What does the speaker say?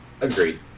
agreed